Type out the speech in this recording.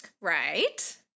Right